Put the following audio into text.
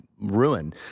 ruin